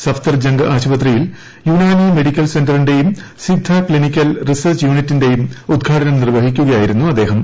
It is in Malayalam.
സഫ്ദർജംഗ്ആശുപത്രിയിൽയുനാനി മെഡിക്കൽസെന്ററിന്റെയും സിദ്ധ ക്ലിനിക്കൽറിസർച്ച്യൂണിറ്റിന്റെയുംഉദ്ഘാടനം നിർവ്വഹിക്കുകയായിരുന്നുഅദ്ദേഹം